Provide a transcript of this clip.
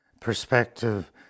perspective